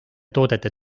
toodete